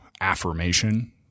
affirmation